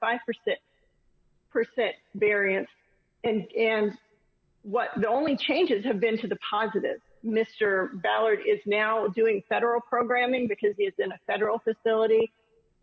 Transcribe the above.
five percent percent variance and and what the only changes have been to the positive mr ballard is now doing federal programming because he is in a federal facility